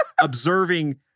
observing